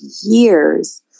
years